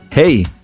Hey